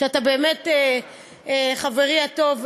שאתה באמת חברי הטוב,